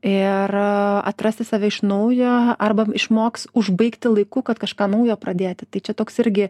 ir atrasti save iš naujo arba išmoks užbaigti laiku kad kažką naujo pradėti tai čia toks irgi